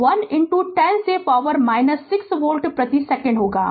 तो यह 1 10 से पावर 6 वोल्ट प्रति सेकंड होगा